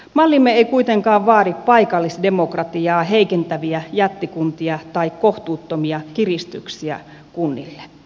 mallimme ei kuitenkaan vaadi paikallisdemokratiaa heikentäviä jättikuntia tai kohtuuttomia kiristyksiä kunnille